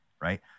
right